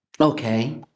Okay